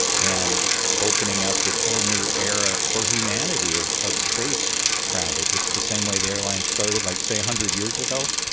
and opening up this whole new era for humanity of of space travel, just the same way the airline started, like say, one hundred years ago,